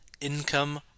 income